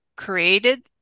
created